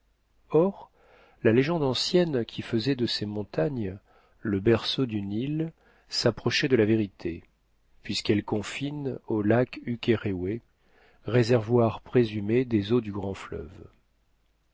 or la légende ancienne qui faisait de ces montagnes le berceau du nil s'approchait de la vérité puisqu'elles confinent au lac ukéréoué réservoir présumé des eaux du grand fleuve